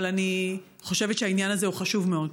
אבל אני חושבת שהעניין הזה הוא חשוב מאוד.